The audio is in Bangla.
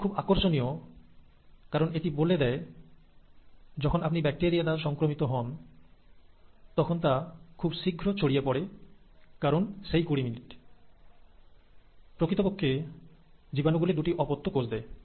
এটি খুব আকর্ষণীয় কারণ এটি বলে দেয় যখন আপনি ব্যাকটেরিয়া দ্বারা সংক্রমিত হন তখন তা খুব শীঘ্র ছড়িয়ে পড়ে কারণ প্রতি কুড়ি মিনিটে প্রকৃতপক্ষে জীবাণু গুলি দুটি অপত্য কোষ দেয়